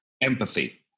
empathy